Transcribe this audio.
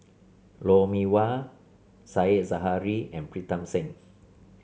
Lou Mee Wah Said Zahari and Pritam Singh